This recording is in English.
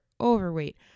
overweight